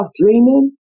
dreaming